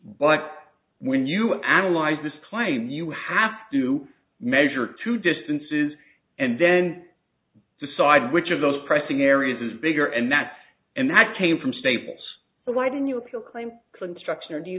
but when you analyze this claim you have to measure to distances and then decide which of those pricing areas is bigger and that's and that came from staples so why didn't you appeal claim construction or do you